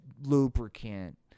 lubricant